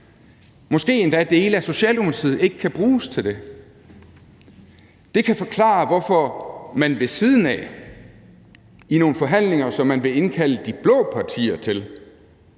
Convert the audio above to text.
måske endda dele af Socialdemokratiet ikke kan bruges til det. Det kan forklare, hvorfor man ved siden af i nogle forhandlinger, som man vil indkalde de blå partier til,